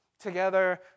Together